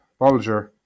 Bolger